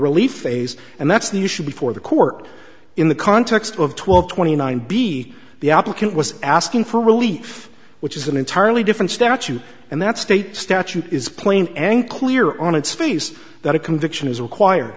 relief phase and that's the issue before the court in the context of twelve twenty nine b the applicant was asking for relief which is an entirely different statute and that state statute is plain and clear on its face that a conviction is required